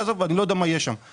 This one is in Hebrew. אני גם לא יודע מה יהיה שם.